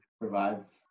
provides